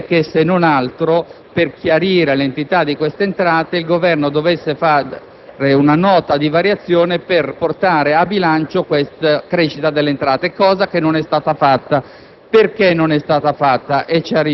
ragionevolezza vorrebbe che, se non altro per chiarire l'entità di queste entrate, il Governo presentasse una Nota di variazioni per iscrivere in bilancio tale crescita, cosa che non è stata fatta.